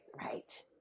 Right